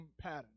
pattern